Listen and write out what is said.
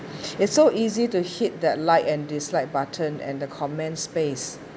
it's so easy to hit the like and dislike button and the comments space